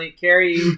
Carrie